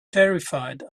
terrified